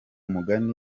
mugani